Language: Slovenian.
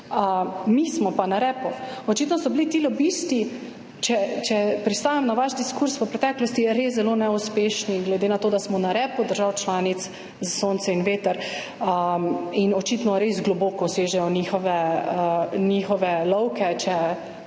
mi smo pa na repu. Očitno so bili ti lobisti, če pristajam na vaš diskurz, v preteklosti res zelo neuspešni, glede na to, da smo na repu držav članic za sonce in veter, in očitno res globoko sežejo njihove lovke, če